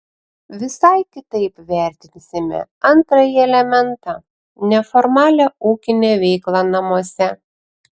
visai kitaip vertinsime antrąjį elementą neformalią ūkinę veiklą namuose